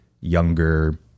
younger